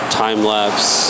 time-lapse